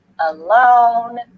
alone